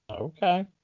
Okay